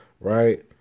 right